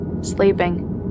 Sleeping